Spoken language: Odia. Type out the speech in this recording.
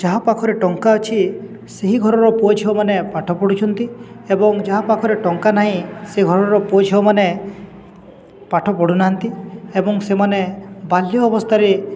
ଯାହା ପାଖରେ ଟଙ୍କା ଅଛି ସେହି ଘରର ପୋଅ ଝିଅମାନେ ପାଠ ପଢ଼ୁଛନ୍ତି ଏବଂ ଯାହା ପାଖରେ ଟଙ୍କା ନାହିଁ ସେ ଘରର ପୁଅ ଝିଅମାନେ ପାଠ ପଢ଼ୁନାହାନ୍ତି ଏବଂ ସେମାନେ ବାଲ୍ୟ ଅବସ୍ଥାରେ